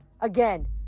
again